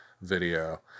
video